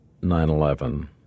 9-11